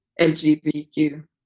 lgbtq